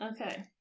Okay